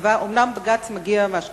אומנם בג"ץ מגיע מזווית שונה מזו שלי,